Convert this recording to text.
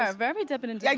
ah very dippin' and like